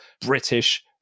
british